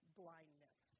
blindness